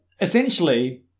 essentially